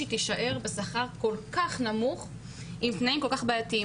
תישאר בשכר כל כך נמוך עם תנאים כל כך בעיתיים.